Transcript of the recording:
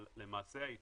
אבל למעשה הייצור